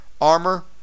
armor